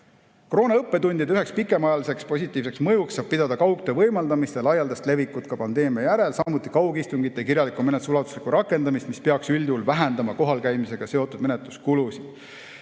Koroonaõppetundide üheks pikemaajaliseks positiivseks mõjuks saab pidada kaugtöö võimaldamist ja laialdast levikut pandeemia järel, samuti kaugistungite ja kirjaliku menetluse ulatuslikku rakendamist, mis peaks üldjuhul vähendama kohalkäimisega seotud menetluskulusid.